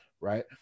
right